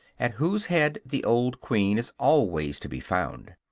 at whose head the old queen is always to be found.